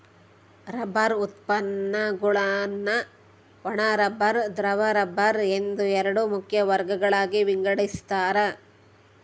rubber ಉತ್ಪನ್ನಗುಳ್ನ ಒಣ rubber ದ್ರವ ರಬ್ಬರ್ ಎಂದು ಎರಡು ಮುಖ್ಯ ವರ್ಗಗಳಾಗಿ ವಿಂಗಡಿಸ್ತಾರ